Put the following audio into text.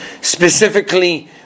specifically